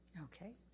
Okay